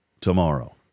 tomorrow